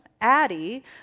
Addie